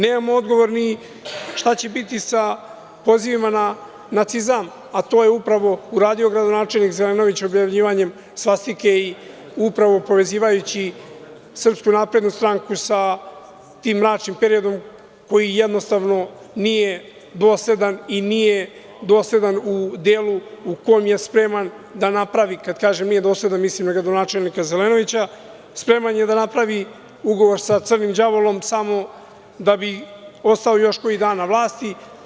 Nemamo odgovor ni šta će biti sa pozivima na nacizam, a to je upravo uradio gradonačelnik Zelenović, objavljivanjem svastike i upravo povezivajući SNS sa tim mračnim periodom koji jednostavno nije dosledan i nije dosledan u delu u kom je spreman da napravi, kad kažem nije dosledan, mislim na gradonačelnika Zelenovića, spreman je da napravi ugovor sa crnim đavolom, samo da bi ostao još koji dan na vlasti.